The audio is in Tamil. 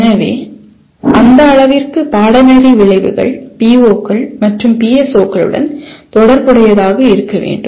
எனவே அந்த அளவிற்கு பாடநெறி விளைவுகள் பிஓக்கள் மற்றும் பிஎஸ்ஓக்களுடன் தொடர்புடையதாக இருக்க வேண்டும்